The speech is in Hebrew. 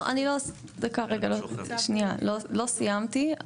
שניה, לא סיימתי.